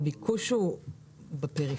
הביקוש הוא בפריפריה?